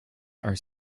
are